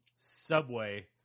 Subway